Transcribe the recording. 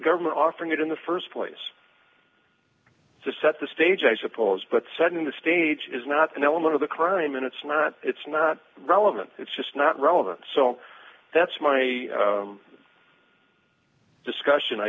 government offering it in the st place to set the stage i suppose but sudden the stage is not an element of the crime and it's not it's not relevant it's just not relevant so that's my discussion i